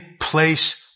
place